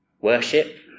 worship